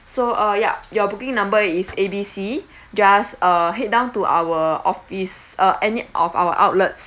so uh yup your booking number is A B C just uh head down to our office uh any of our outlets